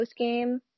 postgame